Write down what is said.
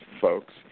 folks